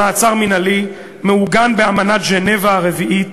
השימוש במעצר מינהלי מעוגן באמנת ז'נבה הרביעית